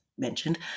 mentioned